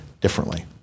differently